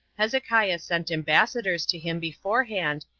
hezekiah sent ambassadors to him beforehand,